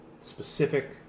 specific